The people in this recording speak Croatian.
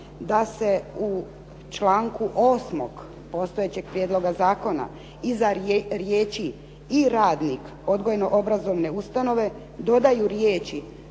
da se u članku 8. postojećeg prijedloga zakona iza riječi "i radnik odgojno obrazovne ustanove" dodaju riječi